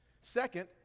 second